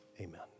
Amen